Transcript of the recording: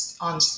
on